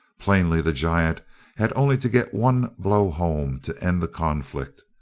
plainly the giant had only to get one blow home to end the conflict,